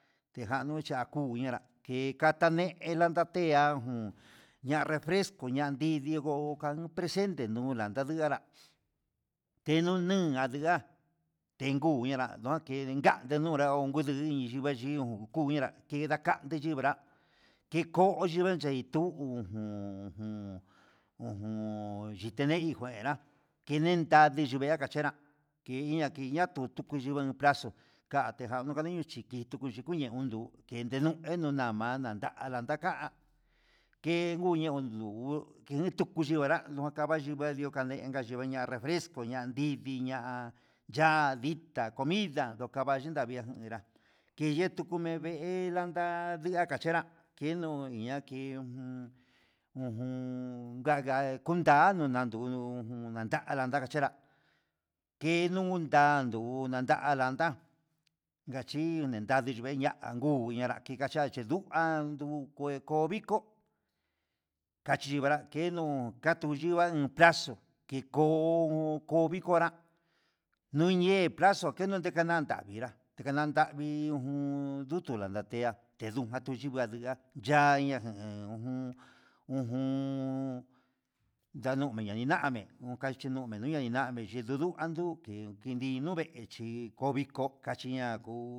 Tejanu kuu chenra tekane kanda té jun ña'a refresco ña nridii nfo ka presente na ndunngu nunga tenunun angura tengu ndenura ndake chinixhi ngonguku xhinra tendakande kekoi nachiveche tuun ujun ujun chitenei ki nguera kenen tadii nguena kachera inña inña kutu ña'a nu brazo ke tu janiyo chiki tuku chiku nuu yundu ke'ende nuu numana kandaka ke guña ondundu kenuu tu chunguanrano kavayikua yuu kane'e inka yunka nuu refresco kanridi ña'a ya'a dita comida nokayinda comera keña tuku me'e vee ndanda di'a kachera keno iña ku jun, ujun nganga kunandunu ujun nada'a kanakachenra kenun ndundandun ndalanda ngachi nindadi ningue ña'a anguu kachi kachache nduan ndoke koo viko kachi vara keno kachu yu'a nuu plazo ke ko koo viko nrá, nunye keno nikanrada navinra kenunjun ndutu landatea kedunjan chindo ndi'a ya'a nania ujun ujun nunuyi nunuyu niname unka chinuya niname xhidó ndudu anduke kininu nuu vexhí ko'o viko kachiña kuu.